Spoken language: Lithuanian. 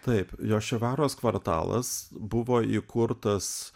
taip jošivaros kvartalas buvo įkurtas